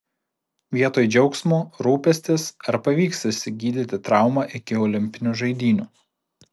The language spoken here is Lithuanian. vietoj džiaugsmo rūpestis ar pavyks išsigydyti traumą iki olimpinių žaidynių